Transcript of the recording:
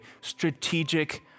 Strategic